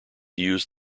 used